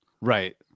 Right